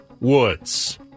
woods